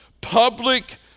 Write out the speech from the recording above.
public